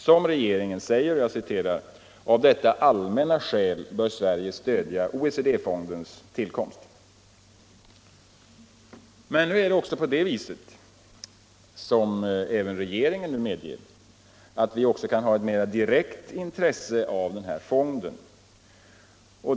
Som regeringen säger: ”Av detta allmänna skäl bör Sverige stödja OECD-fondens tillkomst.” Men det är också på det viset — vilket även regeringen nu medger —- att vi kan ha ett mera direkt intresse av fonden.